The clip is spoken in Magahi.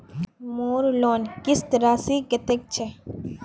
मोर लोन किस्त राशि कतेक छे?